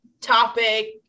topic